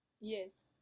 yes